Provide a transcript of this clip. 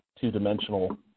two-dimensional